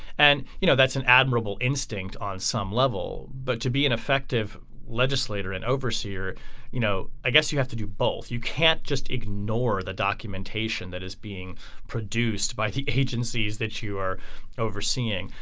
and you know that's an admirable instinct on some level but to be an effective legislator and overseer you know i guess you have to do both. you can't just ignore the documentation that is being produced by the agencies that you are overseeing.